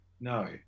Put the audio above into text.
No